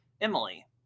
emily